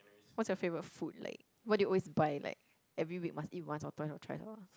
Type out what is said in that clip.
what's your favourite food like what do you always buy like every week must eat like once or twice or thrice or